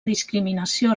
discriminació